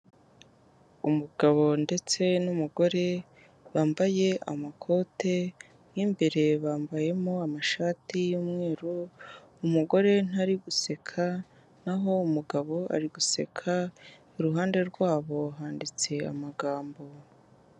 Umugabo ndetse n'umugore bambaye amakoti mo imbere bambayemo amashati y'umweru, umugore ntari guseka naho umugabo ari guseka, iruhande rwabo handitse amagambo.